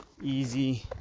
easy